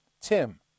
Tim